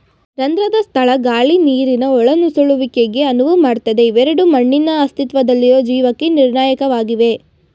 ರಂಧ್ರದ ಸ್ಥಳ ಗಾಳಿ ನೀರಿನ ಒಳನುಸುಳುವಿಕೆಗೆ ಅನುವು ಮಾಡ್ತದೆ ಇವೆರಡೂ ಮಣ್ಣಿನ ಅಸ್ತಿತ್ವದಲ್ಲಿರೊ ಜೀವಕ್ಕೆ ನಿರ್ಣಾಯಕವಾಗಿವೆ